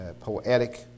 poetic